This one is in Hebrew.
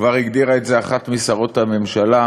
כבר הגדירה את זה אחת משרות הממשלה,